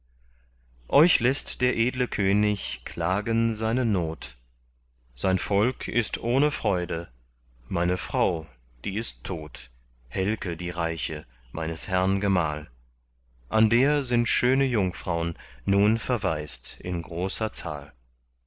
euch läßt der edle könig klagen seine not sein volk ist ohne freude meine frau die ist tot helke die reiche meines herrn gemahl an der sind schöne jungfraun nun verwaist in großer zahl